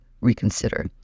reconsider